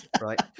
right